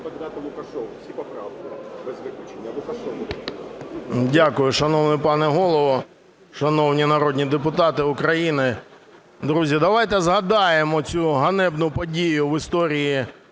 Дякую. Шановний пане Голово, шановні народні депутати України! Друзі, давайте згадаємо оцю ганебну подію в історії